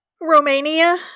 Romania